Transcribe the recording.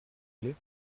plait